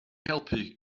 helpu